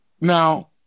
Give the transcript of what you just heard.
Now